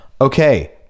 okay